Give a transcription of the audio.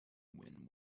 when